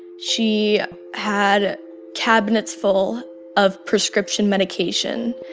she had cabinets full of prescription medication,